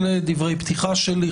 אלה דברי הפתיחה שלי.